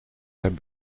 zijn